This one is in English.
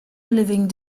living